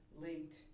linked